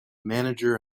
manager